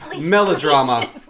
Melodrama